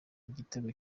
igitego